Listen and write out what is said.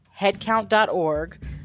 headcount.org